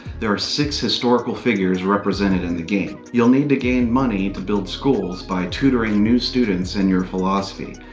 there are six historical figures represented in the game. you'll need to gain money to build schools by tutoring new students in your philosophy.